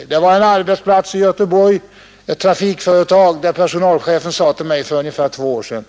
Personalchefen på en arbetsplats i Göteborg, ett trafikföretag, sade till mig för ungefär två år sedan: